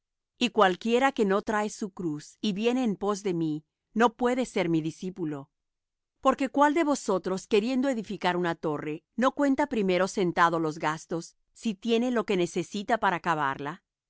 y cualquiera que no trae su cruz y viene en pos de mí no puede ser mi discípulo porque cuál de vosotros queriendo edificar una torre no cuenta primero sentado los gastos si tiene lo que necesita para acabarla